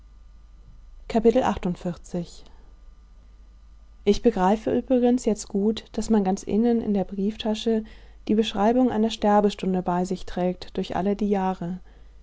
ich begreife übrigens jetzt gut daß man ganz innen in der brieftasche die beschreibung einer sterbestunde bei sich trägt durch alle die jahre